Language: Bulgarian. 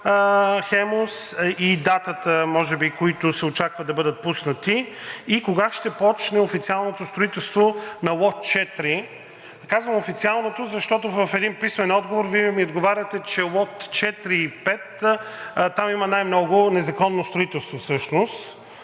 „Хемус“ и датата, на която може би се очаква да бъдат пуснати? Кога ще почне официалното строителство на Лот 4? Казвам официалното, защото в един писмен отговор Вие ми отговаряте, че на Лот 4 и 5 там всъщност има най-много незаконно строителство,